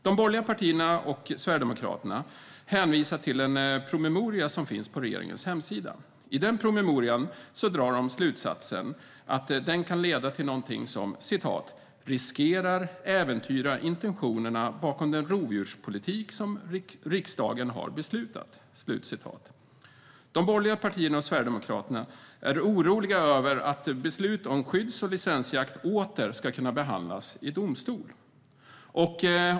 De borgerliga partierna och Sverigedemokraterna hänvisar till en promemoria som finns på regeringens hemsida. Av den promemorian drar de slutsatsen att det här kan leda till någonting som "riskerar att äventyra intentionerna bakom den rovdjurspolitik som riksdagen har beslutat". De borgerliga partierna och Sverigedemokraterna är oroliga över att beslut om skydds och licensjakt åter ska kunna behandlas i domstol.